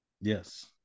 Yes